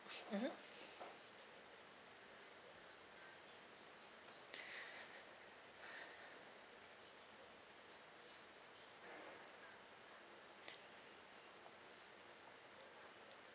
mmhmm